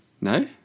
No